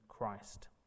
Christ